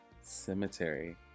Cemetery